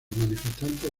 manifestantes